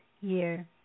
year